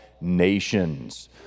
nations